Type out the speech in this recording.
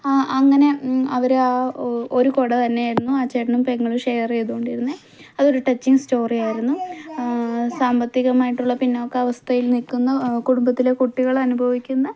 അങ്ങനെ അവർ ആ ഒരു കുട തന്നെയായിരുന്നു ആ ചേട്ടനും പെങ്ങളും ഷെയർ ചെയ്തോണ്ടിരുന്നത് അതൊരു ടച്ചിംഗ് സ്റ്റോറി ആയിരുന്നു സാമ്പത്തികമായിട്ടുള്ള പിന്നോക്കാവസ്ഥയിൽ നിൽക്കുന്ന കുടുംബത്തിലെ കുട്ടികൾ അനുഭവിക്കുന്ന